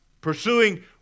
Pursuing